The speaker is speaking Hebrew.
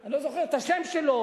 אני לא זוכר את השם שלו.